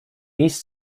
east